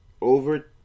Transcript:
over